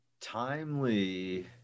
timely